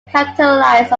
capitalize